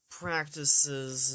practices